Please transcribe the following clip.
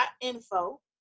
info